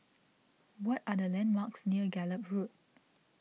what are the landmarks near Gallop Road